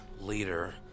leader